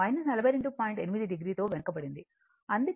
8 o తో వెనుకబడింది అందుకే ఈ వోల్టేజ్ 42